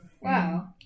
Wow